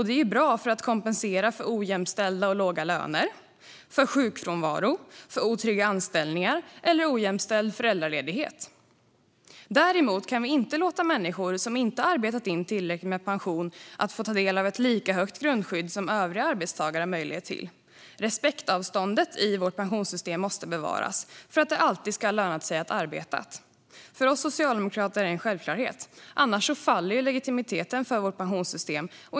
Detta är bra för att kompensera för ojämställda och låga löner, sjukfrånvaro, otrygga anställningar eller ojämställd föräldraledighet. Däremot kan vi inte låta människor som inte har arbetat in tillräckligt med pension ta del av ett lika högt grundskydd som övriga arbetstagare har rätt till. Respektavståndet i vårt pensionssystem måste bevaras för att det alltid ska löna sig att ha arbetat. För oss socialdemokrater är detta en självklarhet. Annars faller legitimiteten för vårt pensionssystem.